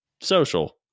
social